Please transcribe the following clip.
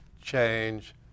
change